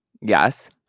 Yes